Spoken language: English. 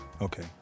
Okay